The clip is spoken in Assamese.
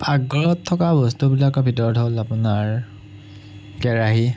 পাকঘৰত থকা বস্তুবিলাকৰ ভিতৰত হ'ল আপোনাৰ কেৰাহী